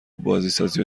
بازسازی